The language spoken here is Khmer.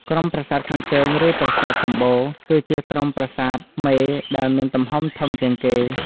ក្រុមប្រាសាទខាងជើង ឬប្រាសាទសម្បូរ គឺជាក្រុមប្រាសាទមេដែលមានទំហំធំជាងគេ។